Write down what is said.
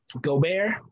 Gobert